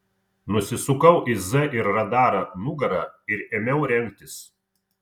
nusisukau į z ir radarą nugara ir ėmiau rengtis